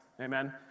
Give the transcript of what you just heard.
Amen